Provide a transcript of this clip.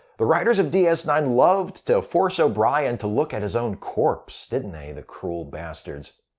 the writers of d s nine loved to force o'brien to look at his own corpse, didn't they, the cruel bastards?